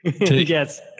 Yes